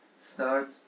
start